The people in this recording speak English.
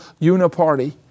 uniparty